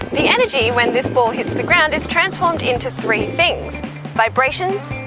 the energy when this ball hits the ground is transformed into three things vibrations,